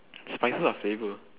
spices are flavour